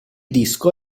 disco